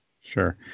sure